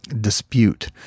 dispute